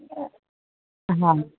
हा